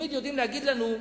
תמיד יודעים להגיד לנו,